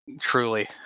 truly